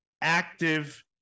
active